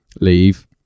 leave